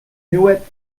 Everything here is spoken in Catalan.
niuet